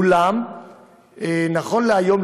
אולם נכון להיום,